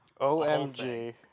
OMG